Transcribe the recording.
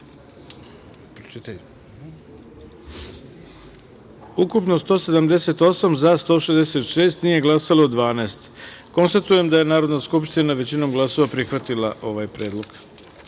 ukupno 178, za – 166, nije glasalo -12.Konstatujem da je Narodna skupština većinom glasova prihvatila ovaj predlog. Pošto